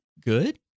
good